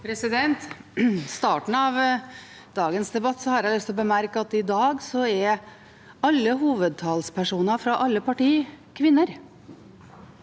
starten av da- gens debatt har jeg lyst til å bemerke at i dag er alle hovedtalspersoner fra alle partier kvinner.